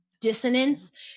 dissonance